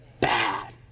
Bad